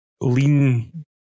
lean